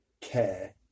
care